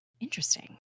Interesting